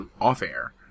off-air